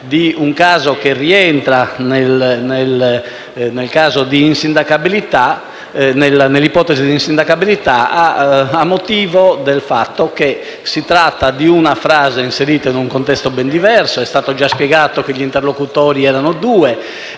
di un caso che rientra nell'ipotesi di insindacabilità, trattandosi di una frase inserita in un contesto ben diverso. È stato già spiegato che gli interlocutori erano due